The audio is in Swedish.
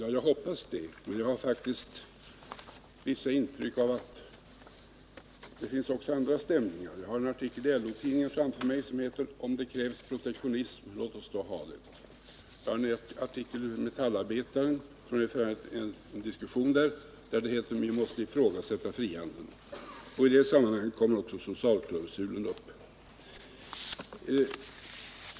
Ja, jag hoppas det, men jag har faktiskt vissa intryck av att det också finns andra stämningar. Jag har en artikel i LO tidningen framför mig med rubriken Om det krävs protektionism — låt oss då ha det. Jag har också en artikel i Metallarbetaren där en diskussion refereras. Där står att vi måste ifrågasätta frihandeln. I det sammanhanget kommer också socialklausulen upp.